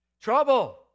trouble